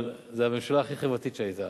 אבל זה הממשלה הכי חברתית שהיתה.